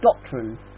doctrine